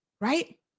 right